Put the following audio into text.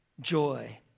joy